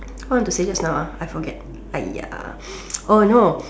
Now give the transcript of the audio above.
what I want to say just now ah I forget !aiya! oh no